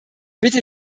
bitte